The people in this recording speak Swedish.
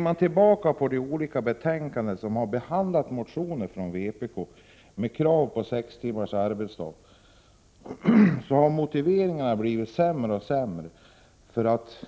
Om vi ser tillbaka på de olika betänkanden där motioner från vpk har behandlats med krav på införande av sex timmars arbetsdag finner vi att motiveringarna för att